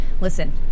Listen